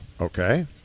Okay